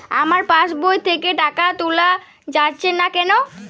আমার পাসবই থেকে টাকা তোলা যাচ্ছে না কেনো?